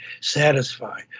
satisfy